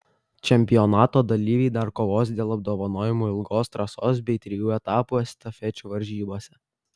čempionato dalyviai dar kovos dėl apdovanojimų ilgos trasos bei trijų etapų estafečių varžybose